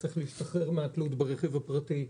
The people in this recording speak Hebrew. ושצריך להשתחרר מהתלות ברכב הפרטי.